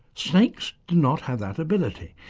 snakes do not have that ability.